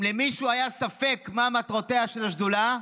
אם למישהו היה ספק מה מטרותיה של השדולה,